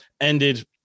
ended